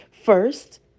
First